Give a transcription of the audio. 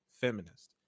feminist